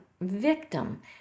victim